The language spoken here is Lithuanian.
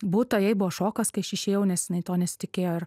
butą jai buvo šokas kai aš išėjau nes jinai to nesitikėjo ir